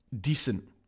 decent